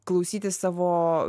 klausytis savo